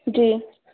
जी